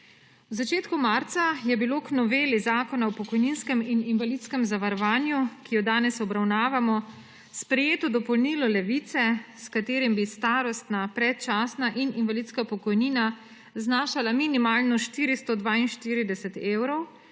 V začetku marca je bilo k noveli Zakona o pokojninskem in invalidskem zavarovanju, ki jo danes obravnavamo, sprejeto dopolnilo Levice, s katerim bi starostna, predčasna in invalidska pokojnina znašala minimalno 442 evrov,